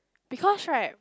because right